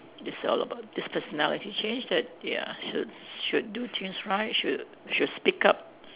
this all about this personality change that ya should should do change right should should speak up